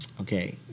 Okay